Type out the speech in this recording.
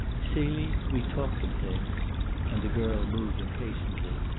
celie, we talked of things and the girl moved impatiently.